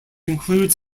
includes